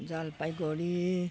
Jalpaiguri